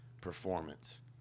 performance